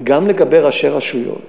גם לגבי ראשי רשויות